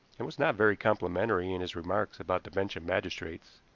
and was not very complimentary in his remarks about the bench of magistrates.